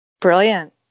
Brilliant